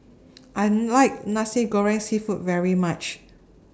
I like Nasi Goreng Seafood very much